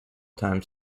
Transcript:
time